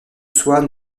soit